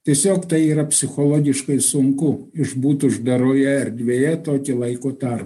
tiesiog tai yra psichologiškai sunku išbūt uždaroje erdvėje tokį laiko tarpą